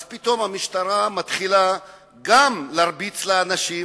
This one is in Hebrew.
אז פתאום המשטרה מתחילה גם להרביץ לאנשים,